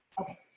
Okay